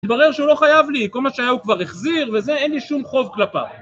התברר שהוא לא חייב לי, כל מה שהיה הוא כבר החזיר, וזה, אין לי שום חוב כלפיו